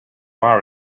are